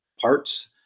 parts